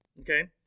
Okay